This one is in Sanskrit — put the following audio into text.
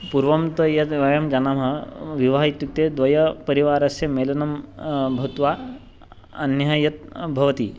पूर्वं तु यद् वयं जानीमः विवाहः इत्युक्ते द्वयपरिवारस्य मेलनं भूत्वा अन्यः यत् भवति